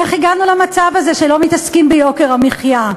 איך הגענו למצב הזה, שלא מתעסקים ביוקר המחיה?